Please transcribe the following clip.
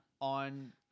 on